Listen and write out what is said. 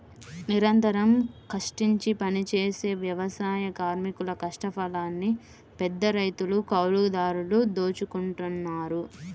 నిరంతరం కష్టించి పనిజేసే వ్యవసాయ కార్మికుల కష్టఫలాన్ని పెద్దరైతులు, కౌలుదారులు దోచుకుంటన్నారు